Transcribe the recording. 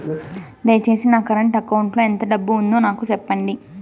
దయచేసి నా current account లో ఎంత డబ్బు ఉందో నాకు సెప్పండి